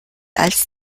als